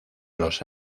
los